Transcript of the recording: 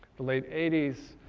the late eighty s.